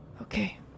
Okay